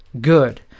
good